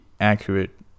accurate